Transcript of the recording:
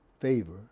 favor